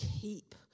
keep